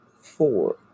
four